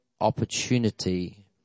opportunity